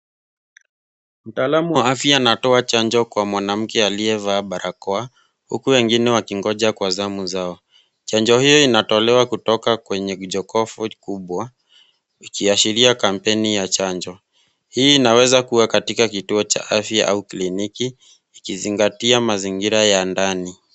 Mtaalam wa afya anatoa chanjo kwa mwanamke aliyevaa barakoa huku wengine wakingoja kwa zamu zao. Chanjo hiyo inatolewa kwenye jokofu kubwa ikiashiria kampeni ya chanjo. Hii inaweza kuwa katika kituo cha afya au kliniki ikizingatia mazingira ya ndani.